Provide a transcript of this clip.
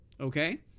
Okay